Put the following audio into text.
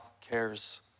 cares